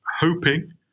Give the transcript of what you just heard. hoping